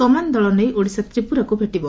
ସମାନ ଦଳ ନେଇ ଓଡ଼ିଶା ତ୍ରିପୁରାକୁ ଭେଟିବ